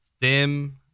stem